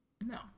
No